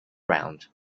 round